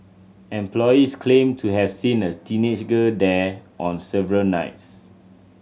employees claimed to have seen a teenage girl there on several nights